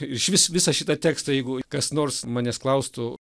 iš vis visą šitą tekstą jeigu kas nors manęs klaustų